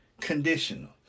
Conditional